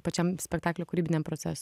pačiam spektaklio kūrybiniam procesui